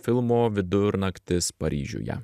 filmo vidurnaktis paryžiuje